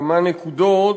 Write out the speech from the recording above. כמה נקודות,